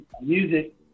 music